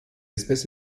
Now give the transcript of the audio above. espèce